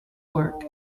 work